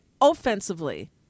offensively